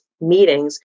meetings